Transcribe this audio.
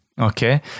Okay